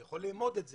אני יכול לאמוד את זה,